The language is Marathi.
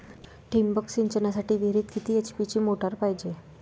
ठिबक सिंचनासाठी विहिरीत किती एच.पी ची मोटार पायजे?